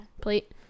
plate